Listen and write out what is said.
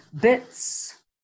bits